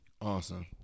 Awesome